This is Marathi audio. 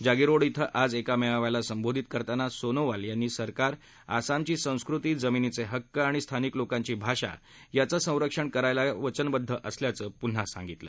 जागीरोड इथं आज एका मेळाव्याला संबोधित करताना सोनोवल यांनी सरकार आसामची संस्कृती जमिनीचे हक्क आणि स्थानिक लोकांची भाषा यांचं संरक्षण करण्यास कटिबद्ध असल्याचं प्न्हा सांगितलं